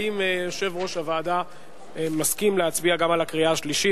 האם יושב-ראש הוועדה מסכים להצביע גם בקריאה השלישית?